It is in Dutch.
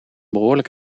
behoorlijk